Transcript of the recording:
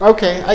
Okay